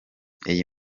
iyi